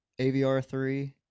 AVR3